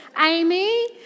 Amy